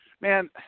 Man